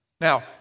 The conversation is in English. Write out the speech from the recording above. Now